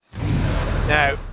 Now